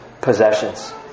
possessions